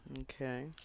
Okay